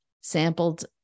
sampled